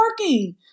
working